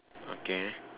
okay